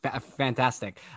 Fantastic